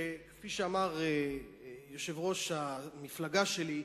שכפי שאמר יושב-ראש המפלגה שלי,